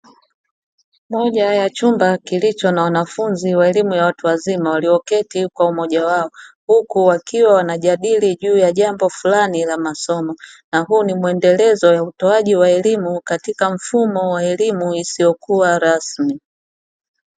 Moja ya chumba kilicho na wanafunzi wa elimu ya watu wazima walioketi kwa umoja wao, huku wakiwa wanajadili juu ya jambo fulani la masomo, na huo ni mwendelezo wa utoaji wa elimu katika mfumo wa elimu isiyokuwa rasmi.